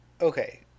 okay